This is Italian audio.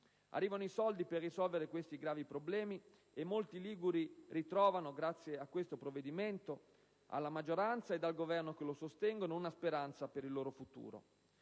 Arrivano i soldi per risolvere questi gravi problemi e molti liguri ritrovano, grazie a questo provvedimento, alla maggioranza ed al Governo che lo sostengono, una speranza per il loro futuro.